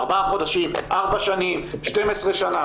ארבעה חודשים, ארבע שנים, 12 שנה?